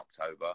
October